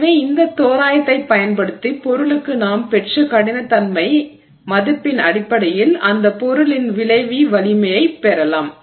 எனவே இந்த தோராயத்தைப் பயன்படுத்தி பொருளுக்கு நாம் பெற்ற கடினத்தன்மை மதிப்பின் அடிப்படையில் அந்த பொருளின் விளைவி நெகிழ்வு வலிமையைப் பெறலாம்